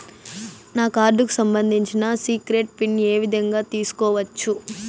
నా కార్డుకు సంబంధించిన సీక్రెట్ పిన్ ఏ విధంగా తీసుకోవచ్చు?